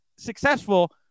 successful